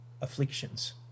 afflictions